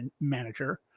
manager